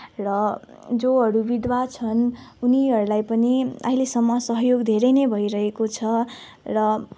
र जोहरू बिधुवा छन् उनीहरूलाई पनि अहिलेसम्म सहयोग धेरै नै भइरहेको छ र